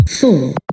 four